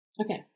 Okay